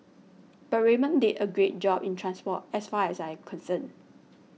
but Raymond did a great job in transport as far as I concerned